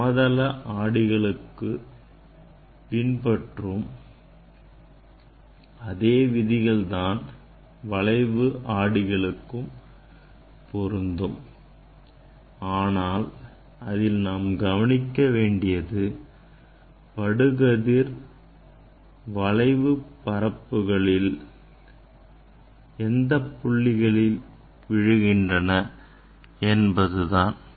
சமதள ஆடிகளுக்கு பின்பற்றும் அதே விதிகள் தான் வளைவு நாடுகளுக்கும் பொருந்தும் ஆனால் அதில் நாம் கவனிக்க வேண்டியது படுகதிர் வளைவு பரப்புகளில் எந்த புள்ளிகளில் விழுகின்றன என்பதைத்தான்